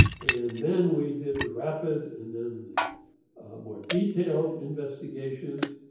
and then we did the rapid and then the more detailed investigations.